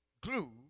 glue